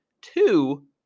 two